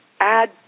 add